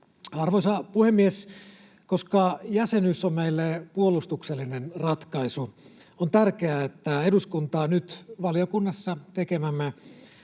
Arvoisa puhemies! Koska jäsenyys on meille puolustuksellinen ratkaisu, on tärkeää, että eduskunta nyt valiokunnassa tekemämme